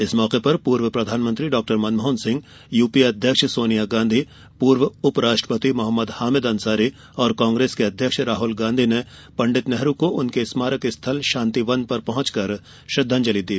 इस मौके पर पूर्व प्रधानमंत्री डॉ मनमोहन सिंह यूपीए अध्यक्ष सोनिया गांधी पूर्व उप राष्ट्रपति मोहम्मद हामिद अंसारी और कांग्रेस के अध्यक्ष राहुल गांधी ने पंडित नेहरू को उनके स्मारक शांतिवन में श्रद्वांजलि दी